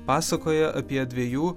pasakoja apie dviejų